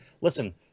listen